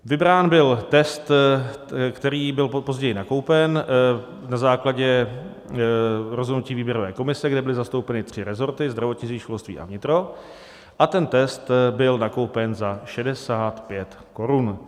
Vybrán byl test, který byl později nakoupen na základě rozhodnutí výběrové komise, kde byly zastoupeny tři resorty zdravotnictví, školství a vnitro a ten test byl nakoupen za 65 korun.